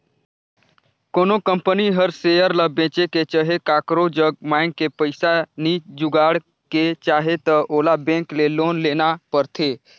कोनो कंपनी हर सेयर ल बेंच के चहे काकरो जग मांएग के पइसा नी जुगाड़ के चाहे त ओला बेंक ले लोन लेना परथें